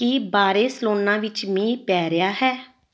ਕੀ Barcelona ਵਿੱਚ ਮੀਂਹ ਪੈ ਰਿਹਾ ਹੈ